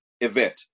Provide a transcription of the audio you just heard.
event